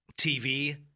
TV